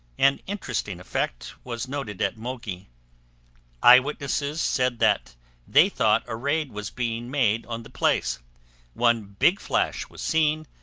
an interesting effect was noted at mogi eyewitnesses said that they thought a raid was being made on the place one big flash was seen,